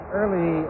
early